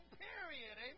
period